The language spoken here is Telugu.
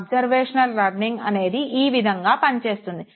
అబ్సర్వేషనల్ లెర్నింగ్ అనేది ఈ విధంగా పనిచేస్తుంది